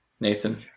nathan